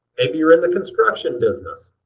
maybe you're in the construction business.